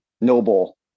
noble